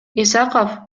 исаков